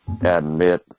admit